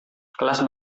kelas